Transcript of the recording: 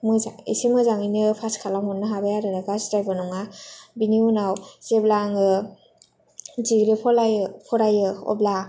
मोजां एसे मोजाङैनो पास खालामग'नो हाबाय आरो गाज्रिद्रायबो नङा बिनि उनाव जेब्ला आङो डिग्रि फलायो फरायो अब्ला